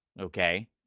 okay